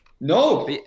No